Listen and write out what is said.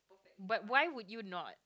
but why would you not